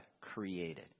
created